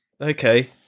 Okay